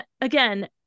again